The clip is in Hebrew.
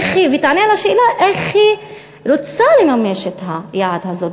והיא תענה על השאלה איך היא רוצה לממש את היעד הזה.